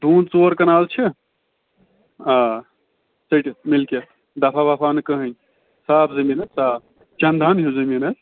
دوٗن ژور کَنال چھِ آ ژٔٹِتھ مِلکیَت دَفعہ وَفعہ نہٕ کٕہٕنۍ صاف زٔمیٖن حظ صاف چَندَن ہیوٗ زٔمیٖن حظ